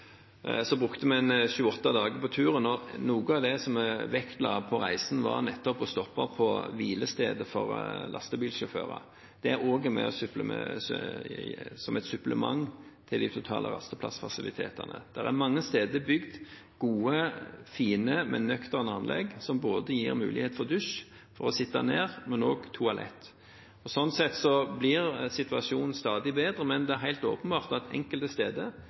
brukte vi sju–åtte dager på turen, og noe av det jeg vektla på reisen, var å stoppe på hvilesteder for lastebilsjåfører, som er et supplement til rasteplassfasilitetene totalt. Det er mange steder bygd gode og fine, men nøkterne anlegg, som gir mulighet både for dusj og til å sitte ned, men også toalett. Sånn sett blir situasjonen stadig bedre, men det er helt åpenbart at det enkelte steder